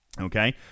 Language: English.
okay